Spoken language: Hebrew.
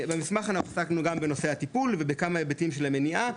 במסמך אנחנו עסקנו גם בנושא הטיפול ובכמה היבטים של המניעה,